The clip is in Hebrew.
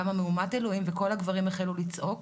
קמה מהומת אלוהים וכל הגברים החלו לצעוק